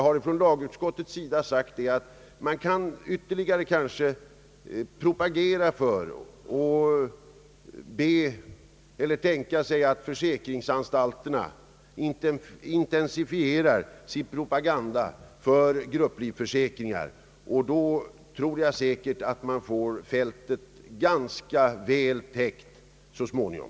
Andra lagutskottet har sagt att man kan ytterligare propagera för försäkringen och tänka sig att försäkringsanstalterna intensifierar sin propaganda. Då tror jag att man får fältet ganska väl täckt så småningom.